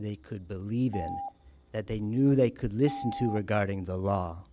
they could believe that they knew they could listen to regarding the la